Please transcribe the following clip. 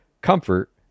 comfort